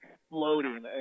exploding